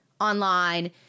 online